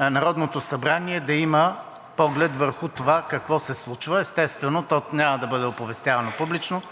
Народното събрание да има поглед върху това какво се случва. Естествено, то няма да бъде оповестявано публично.